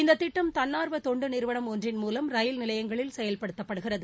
இந்த திட்டம் தன்னார்வ தொண்டு நிறுவனம் ஒன்றின் மூவம் ரயில் நிலையங்களில் செயல்படுத்தப்படுகிறது